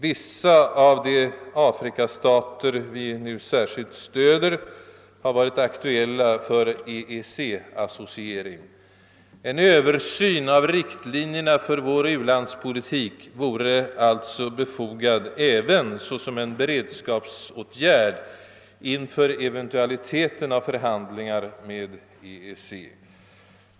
Vissa av de afrikanska stater vi nu särskilt stöder har för övrigt varit aktuella för EEC-associering. En översyn av riktlinjerna för vår u-landspolitik vore alltså befogad även som en beredskapsåtgärd inför eventualiteten av förhandlingar med EEC.